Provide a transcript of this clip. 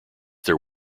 their